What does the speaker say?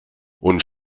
und